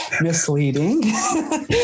misleading